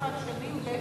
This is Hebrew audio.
בגין,